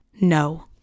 No